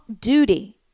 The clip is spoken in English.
duty